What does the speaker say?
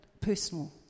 personal